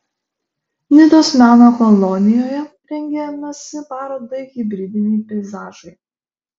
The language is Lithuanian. nidos meno kolonijoje rengiamasi parodai hibridiniai peizažai